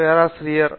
பேராசிரியர் வி